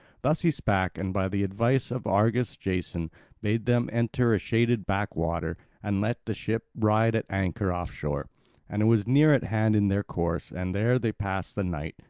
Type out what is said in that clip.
thus he spake, and by the advice of argus jason bade them enter a shaded backwater and let the ship ride at anchor off shore and it was near at hand in their course and there they passed the night.